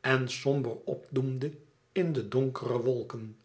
en somber op doemde in de donkere wolken